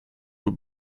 with